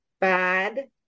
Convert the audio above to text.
bad